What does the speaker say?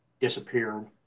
disappeared